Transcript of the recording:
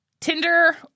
Tinder